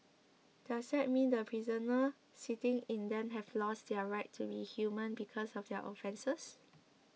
does that mean the prisoners sitting in them have lost their right to be human because of their offences